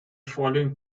following